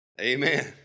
Amen